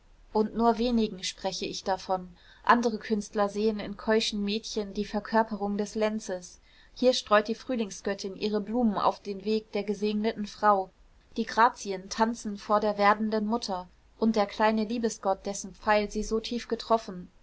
und nur wenigen spreche ich davon andere künstler sehen in keuschen mädchen die verkörperung des lenzes hier streut die frühlingsgöttin ihre blumen auf den weg der gesegneten frau die grazien tanzen vor der werdenden mutter und der kleine liebesgott dessen pfeil sie so tief getroffen